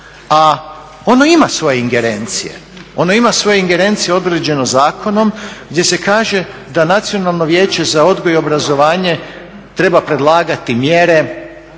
bitnom nije odlučivalo. A ono ima svoje ingerencije određeno zakonom gdje se kaže da Nacionalno vijeće za odgoj i obrazovanje treba predlagati mjere,